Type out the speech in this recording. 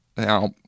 Now